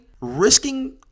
risking